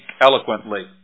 eloquently